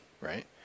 right